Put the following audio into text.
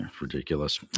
Ridiculous